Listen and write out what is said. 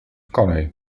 kolej